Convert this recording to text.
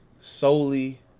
Solely